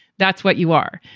that's what you are.